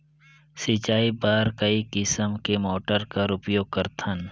सिंचाई बर कई किसम के मोटर कर उपयोग करथन?